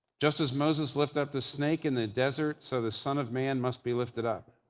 just as moses lifted up the snake in the desert so the son of man must be lifted up,